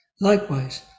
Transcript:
likewise